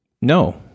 No